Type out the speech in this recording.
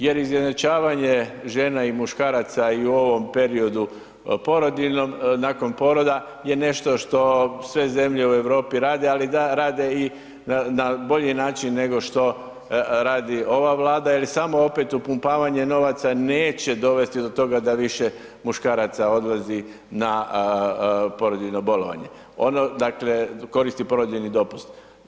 Jer izjednačavanje žena i muškaraca i u ovom periodu porodiljnom nakon poroda je nešto što sve zemlje u Europi rade, ali da, rade i na bolji način nego što radi ova Vlada jel samo opet upumpavanje novaca neće dovesti do toga da više muškaraca odlazi na porodiljno bolovanje, ono dakle, koristi porodiljni dopust.